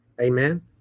amen